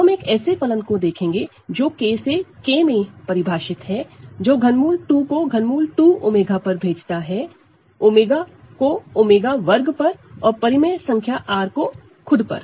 अब हम एक ऐसे फलन को देखेंगे जो K से K में परिभाषित है जो ∛ 2 को ∛2𝜔 पर भेजता है 𝜔 को 𝜔2 पर और रेशनल नंबर R को खुद पर